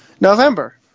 November